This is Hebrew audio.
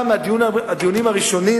גם בדיונים הראשונים,